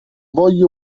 voglio